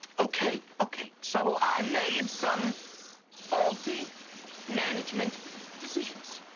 okay, okay, so i made some faulty management decisions.